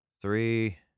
Three